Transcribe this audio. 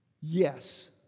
Yes